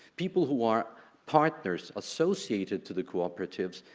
people who are partners associated to the cooperatives,